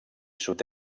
sud